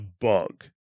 bug